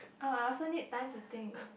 oh I also need time to think